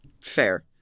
Fair